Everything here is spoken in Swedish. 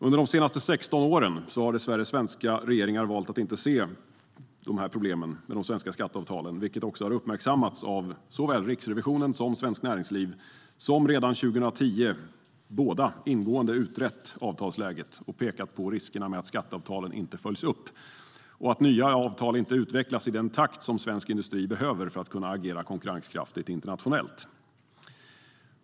Under de senaste 16 åren har dessvärre svenska regeringar valt att inte se de här problemen med de svenska skatteavtalen. Det har uppmärksammats av såväl Riksrevisionen som Svenskt Näringsliv, som redan 2010 båda ingående har utrett avtalsläget och pekar på riskerna med att skatteavtalen inte följs upp och att nya avtal inte utvecklas i den takt som svensk industri behöver för att kunna agera konkurrenskraftigt internationellt.